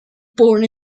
born